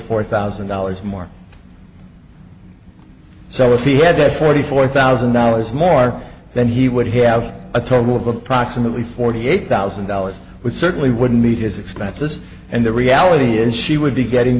four thousand dollars more so if he had forty four thousand dollars more then he would have a total of approximately forty eight thousand dollars which certainly wouldn't meet his expenses and the reality is she would be getting